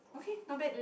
okay not bad